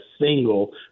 single